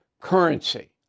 currency